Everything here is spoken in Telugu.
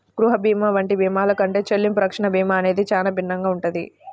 గృహ భీమా వంటి భీమాల కంటే చెల్లింపు రక్షణ భీమా అనేది చానా భిన్నంగా ఉంటది